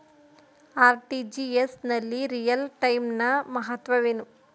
RTGS ನಲ್ಲಿ real time ನ ಮಹತ್ವವೇನು?